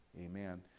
amen